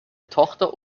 tochter